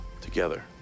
Together